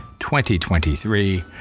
2023